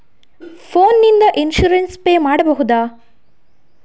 Phone ನಿಂದ insurance pay ಮಾಡಬಹುದ?